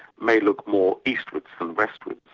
may look more eastwards than westwards,